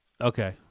Okay